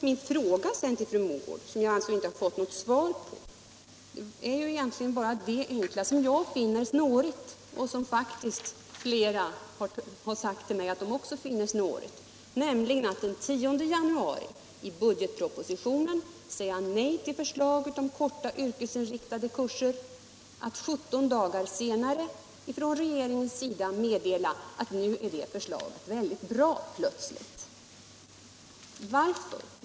Min fråga till fru Mogård, som jag alltså inte har fått något svar på, gäller egentligen bara det som jag finner snårigt — och flera andra har faktiskt sagt till mig att de också finner det snårigt. Den 10 januari säger man i budgetpropositionen nej till förslaget om korta yrkesinriktade kurser, och 17 dagar senare meddelas från regeringens sida att nu är det förslaget plötsligt väldigt bra. Varför?